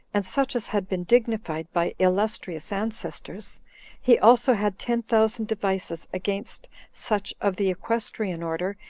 and such as had been dignified by illustrious ancestors he also had ten thousand devices against such of the equestrian order,